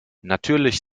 natürlich